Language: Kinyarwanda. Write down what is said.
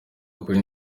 bakora